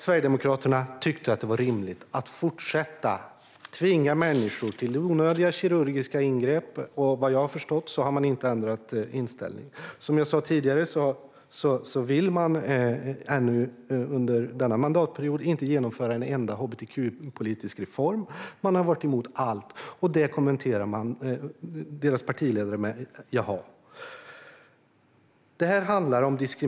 Sverigedemokraterna tyckte att det var rimligt att fortsätta att tvinga människor till onödiga kirurgiska ingrepp. Vad jag har förstått har man inte ändrat inställning. Som jag sa tidigare har man under denna mandatperiod inte velat genomföra en enda hbtq-politisk reform, och man har varit emot allt. Detta kommenterar deras partiledare med: Jaha.